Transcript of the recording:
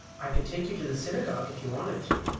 i could take you to the synagogue if you wanted to.